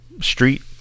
street